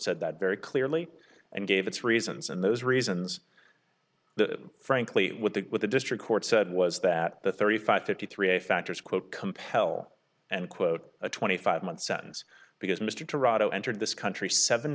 said that very clearly and gave its reasons and those reasons the frankly what they did with the district court said was that the thirty five fifty three factors quote compel and quote a twenty five month sentence because mr toronto entered this country seven